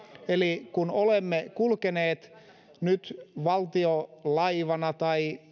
eli kun olemme kulkeneet nyt valtiolaivana tai